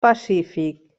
pacífic